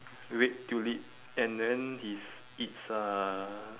red tulip and then his its uh